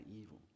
evil